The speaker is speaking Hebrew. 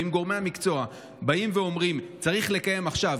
אם גורמי המקצוע באים ואומרים: צריך לקיים עכשיו,